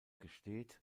gesteht